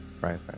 right